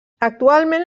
actualment